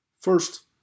First